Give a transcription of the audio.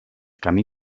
camí